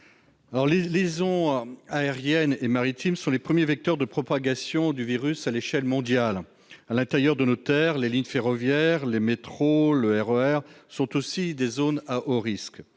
Les liaisons aériennes et maritimes sont les premiers vecteurs de propagation du virus à l'échelle mondiale. À l'intérieur de nos terres, les lignes ferroviaires, les métros et les RER sont également des zones à haut risque.